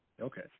Okay